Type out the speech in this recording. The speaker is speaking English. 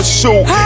suit